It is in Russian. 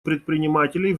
предпринимателей